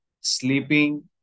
sleeping